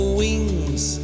wings